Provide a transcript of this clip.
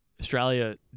Australia